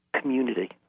community